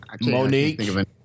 Monique